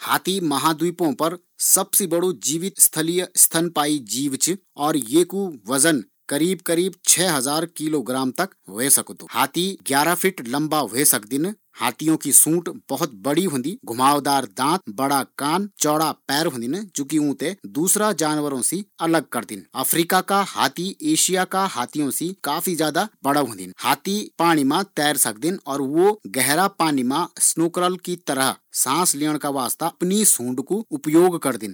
हाथी महाद्वीपो पर सबसी बड़ू जीवीत स्थलीय स्तनपाई जीव च। येकु वजन करीब करीब छ हजार किलो तक ह्वे सकदु, हाथी ग्यारह फिट लम्बा ह्वे सकदिन, हाथियों की सूंड बहुत बड़ी होंदी घुमावदार दाँत बड़ा कान चौड़ा पैर होदिन